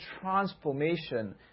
transformation